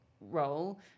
role